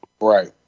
Right